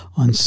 on